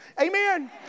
Amen